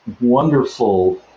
wonderful